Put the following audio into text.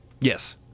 Yes